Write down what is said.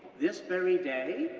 this very day,